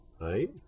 right